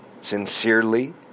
sincerely